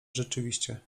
rzeczywiście